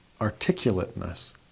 articulateness